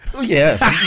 Yes